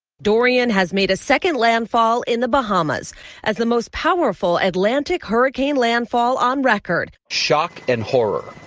dorian has made a second landfall in the bahamas as the most powerful atlantic hurricane landfall on record shock and horror